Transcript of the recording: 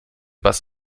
bass